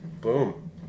Boom